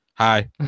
Hi